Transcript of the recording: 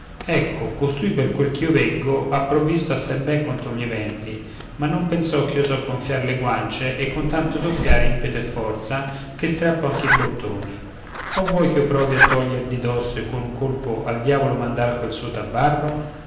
ecco costui per quel ch'io veggo ha provvisto assai ben contro gli eventi ma non pensò ch'io so gonfiar le guance e con tanto soffiar impeto e forza che strappo anche i bottoni o vuoi ch'io provi a togliergli di dosso e con un colpo al diavolo mandar quel suo tabarro